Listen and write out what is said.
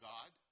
God